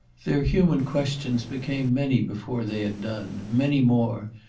their human questions became many before they had done many more,